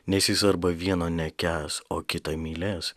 nes jis arba vieno nekęs o kitą mylės